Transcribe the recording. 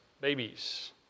Babies